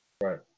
Right